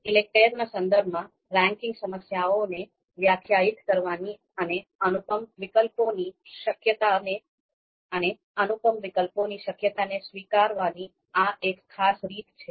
ઈલેકટેર ના સંદર્ભમાં રેન્કિંગ સમસ્યાને વ્યાખ્યાયિત કરવાની અને અનુપમ વિકલ્પોની શક્યતાને સ્વીકારવાની આ એક ખાસ રીત છે